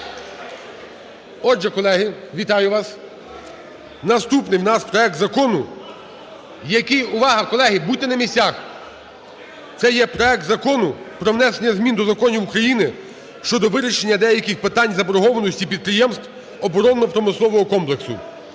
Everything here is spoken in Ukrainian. Отже, колеги, вітаю вас! Наступний у нас проект закону, який – увага, колеги, будьте на місцях! – це є проект Закону про внесення змін до Законів України щодо вирішення деяких питань заборгованості підприємств оборонно-промислового комплексу